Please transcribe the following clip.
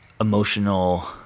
emotional